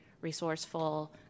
resourceful